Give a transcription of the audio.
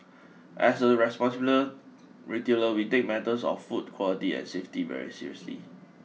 as a responsible retailer we take matters of food quality and safety very seriously